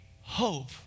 hope